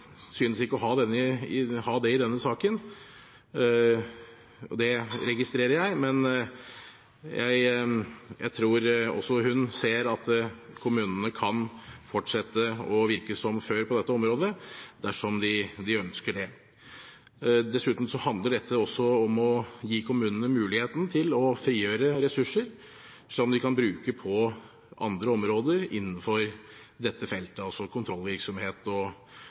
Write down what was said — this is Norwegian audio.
synes ikke å ha det i denne saken. Det registrerer jeg. Men jeg tror også hun ser at kommunene kan fortsette å virke som før på dette området dersom de ønsker det. Dessuten handler dette også om å gi kommunene muligheten til å frigjøre ressurser som de kan bruke på andre områder innenfor dette feltet, f.eks. kontrollvirksomhet og